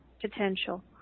potential